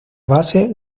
base